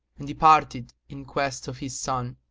and departed in quest of his son.